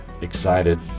excited